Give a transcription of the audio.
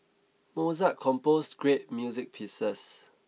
Mozart composed great music pieces